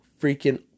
freaking